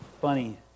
funny